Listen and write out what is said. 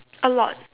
a lot